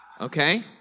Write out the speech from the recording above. Okay